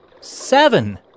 Seven